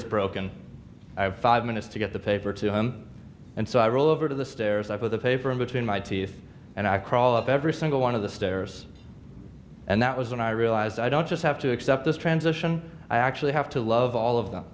is broken i have five minutes to get the paper to him and so i roll over to the stairs i put the paper in between my teeth and i crawl up every single one of the stairs and that was when i realized i don't just have to accept this transition i actually have to love all of them